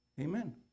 Amen